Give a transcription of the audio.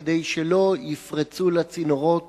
כדי שלא יפרצו לצינורות